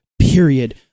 period